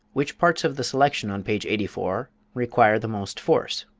which parts of the selection on page eighty four require the most force?